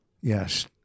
Yes